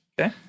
Okay